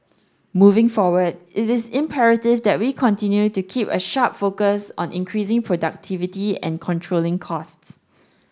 moving forward it is imperative that we continue to keep a sharp focus on increasing productivity and controlling costs